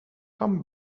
come